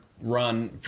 run